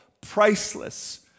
priceless